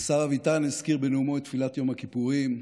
השר אביטן הזכיר בנאומו את תפילת יום הכיפורים.